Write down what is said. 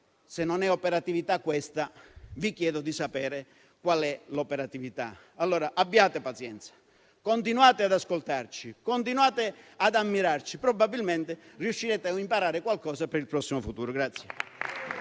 Se non è operatività questa, vi chiedo di dirci qual è l'operatività. Abbiate pazienza. Continuate ad ascoltarci, continuate ad ammirarci e probabilmente riuscirete ad imparare qualcosa per il prossimo futuro.